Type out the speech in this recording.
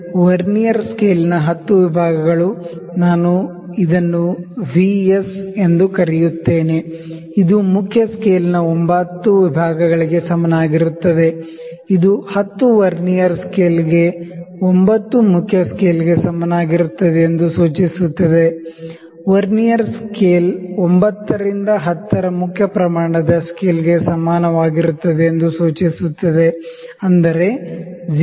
vernier ಸ್ಕೇಲ್ನ 10 ವಿಭಾಗಗಳು ನಾನು ಇದನ್ನು ವಿಎಸ್ ಎಂದು ಕರೆಯುತ್ತೇನೆ ಇದು ಮುಖ್ಯ ಸ್ಕೇಲ್ನ 9 ವಿಭಾಗಗಳಿಗೆ ಸಮನಾಗಿರುತ್ತದೆ ಇದು 10 ವರ್ನಿಯರ್ ಸ್ಕೇಲ್ಗೆ 9 ಮುಖ್ಯ ಸ್ಕೇಲ್ಗೆ ಸಮನಾಗಿರುತ್ತದೆ ಎಂದು ಸೂಚಿಸುತ್ತದೆ ವರ್ನಿಯರ್ ಸ್ಕೇಲ್ 9 ರಿಂದ 10 ರ ಮೇನ್ ಸ್ಕೇಲ್ ದ ಸ್ಕೇಲ್ ಗೆ ಸಮಾನವಾಗಿರುತ್ತದೆ ಎಂದು ಸೂಚಿಸುತ್ತದೆ ಅಂದರೆ 0